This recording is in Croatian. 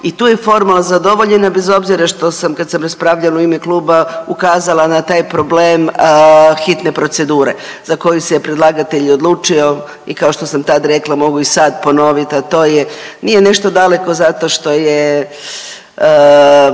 i tu je forma zadovoljena bez obzira što sam kada sam raspravljala u ime kluba ukazala na taj problem hitne procedure za koju se je predlagatelj odlučio. I kao što sam tad rekla, mogu i sada ponoviti a to je nije nešto daleko zato što je